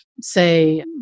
say